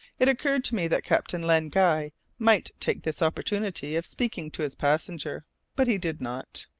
it occurred to me that captain len guy might take this opportunity of speaking to his passenger but he did not.